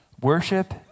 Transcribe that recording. Worship